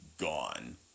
gone